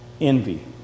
envy